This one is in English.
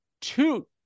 two